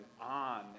on